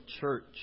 church